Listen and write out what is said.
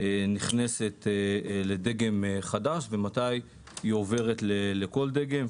נכנסת לדגם חדש ומתי היא עוברת לכל דגם.